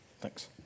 Thanks